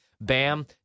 Bam